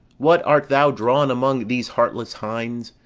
what, art thou drawn among these heartless hinds?